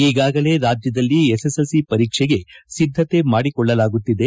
ಈಗಾಗಲೇರಾಜ್ಠದಲ್ಲಿ SSLC ಪರೀಕ್ಷೆಗೆ ಸಿದ್ಧಕೆ ಮಾಡಿಕೊಳ್ಳಲಾಗುತ್ತಿದೆ